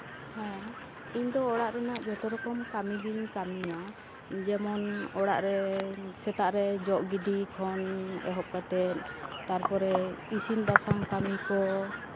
ᱦᱮᱸ ᱤᱧ ᱫᱚ ᱚᱲᱟᱜ ᱨᱮᱱᱟᱜ ᱡᱷᱚᱛᱚ ᱨᱚᱠᱚᱢ ᱠᱟᱹᱢᱤ ᱜᱤᱧ ᱠᱟᱹᱢᱤᱭᱟ ᱡᱮᱢᱚᱱ ᱚᱲᱟᱜ ᱨᱮ ᱥᱮᱛᱟᱜ ᱨᱮ ᱡᱚᱜ ᱜᱤᱰᱤ ᱠᱷᱚᱱ ᱮᱦᱚᱵ ᱠᱟᱛᱮᱜ ᱛᱟᱨᱯᱚᱨᱮ ᱤᱥᱤᱱ ᱵᱟᱥᱟᱝ ᱠᱟᱹᱢᱤ ᱠᱚ